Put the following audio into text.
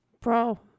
Bro